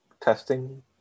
testing